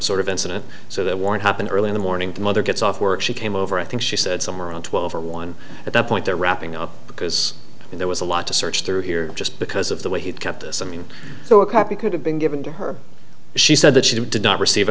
sort of incident so that warren happened early in the morning the mother gets off work she came over i think she said somewhere around twelve or one at that point they're wrapping up because there was a lot to search through here just because of the way he kept something so a copy could have been given to her she said that she did not receive a